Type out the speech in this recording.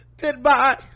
goodbye